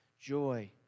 joy